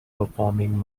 performing